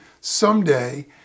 someday